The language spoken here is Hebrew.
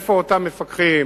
איפה אותם מפקחים?